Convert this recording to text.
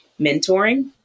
mentoring